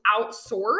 outsource